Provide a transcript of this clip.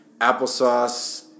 applesauce